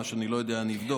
ומה שאני לא יודע אני אבדוק.